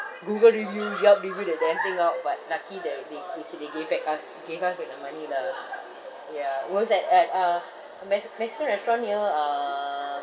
google review yup review that damn thing out but lucky they they they said they gave back us gave us with the money lah ya it was at at a a mexi~ mexican restaurant near uh